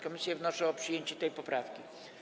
Komisje wnoszą o przyjęcie tej poprawki.